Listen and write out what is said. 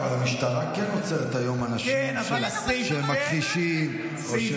אבל המשטרה כן עוצרת היום אנשים שמכחישים או,